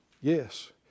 Yes